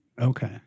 okay